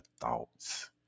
thoughts